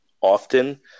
often